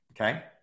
Okay